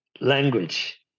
language